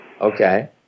Okay